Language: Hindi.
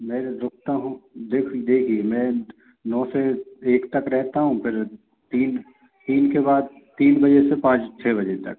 मैं रुकता हूँ देखिए देखिए मैं नौ से एक तक रहता हूँ फ़िर तीन तीन के बाद तीन बजे से पाँच छः बजे तक